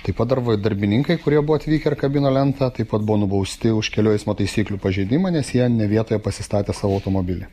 taip pat dar buvo darbininkai kurie buvo atvykę kabino lentą taip pat buvo nubausti už kelių eismo taisyklių pažeidimą nes jie ne vietoje pasistatė savo automobilį